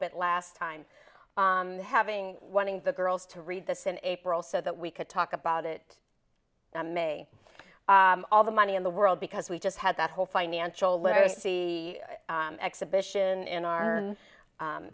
bit last time having wanting the girls to read this in april so that we could talk about it may all the money in the world because we just had that whole financial literacy exhibition